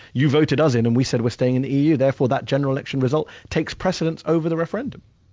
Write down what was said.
you voted us in and we said we're staying in the eu, therefore that general election result takes precedence over the referendum.